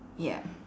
ya